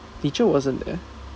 teacher wasn't there